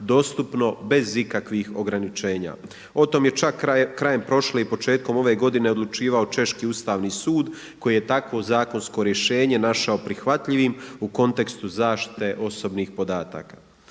bez ikakvih ograničenja. O tome je čak krajem prošle i početkom ove godine odlučivao češki Ustavni sud koji je takvo zakonsko rješenje našao prihvatljivim u kontekstu zaštite osobnih podataka.